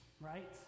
right